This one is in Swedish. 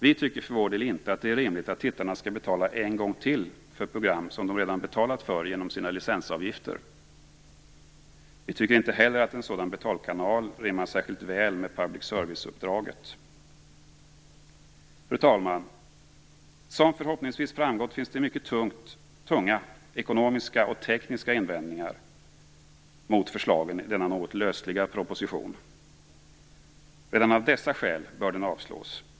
Vi tycker för vår del inte att det är rimligt att tittarna skall betala en gång till för program som de redan har betalat för genom sina licensavgifter. Vi tycker inte heller att en sådan betalkanal rimmar särskilt väl med public service-uppdraget. Fru talman! Som förhoppningsvis framgått finns det mycket tunga ekonomiska och tekniska invändningar mot förslagen i denna något lösliga proposition. Redan av dessa skäl bör den avslås.